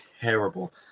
terrible